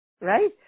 Right